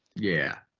yeah.